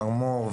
מר מור,